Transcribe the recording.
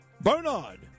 Bernard